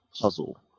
puzzle